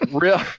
Real